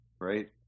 right